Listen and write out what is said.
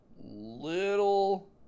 Little